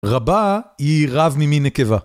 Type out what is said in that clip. רבה היא רב ממין נקבה.